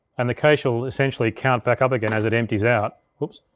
and the cache will essentially count back up again as it empties out. whoops.